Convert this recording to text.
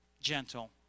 gentle